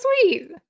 sweet